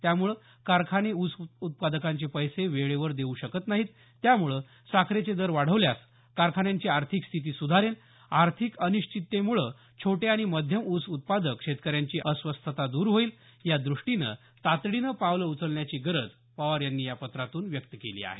त्यामुळे कारखाने ऊस उत्पादकांचे पैसे वेळेवर देऊ शकत नाहीत त्यामुळे साखरेचे दर वाढवल्यास कारखान्यांची आर्थिक स्थिती सुधारेल आर्थिक अनिश्चिततेमुळे छोटे आणि मध्यम ऊस उत्पादक शेतकऱ्यांची अस्वस्थता दर होईल या दृष्टीनं तातडीनं पावलं उचलण्याची गरज पवार यांनी या पत्रातून व्यक्त केली आहे